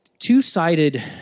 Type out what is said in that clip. two-sided